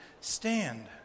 stand